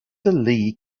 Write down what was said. lee